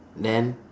then